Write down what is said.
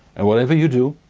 and, whatever you do,